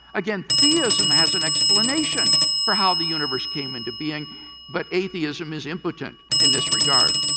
again, theism has an explanation for how the universe came into being but atheism is impotent in this regard.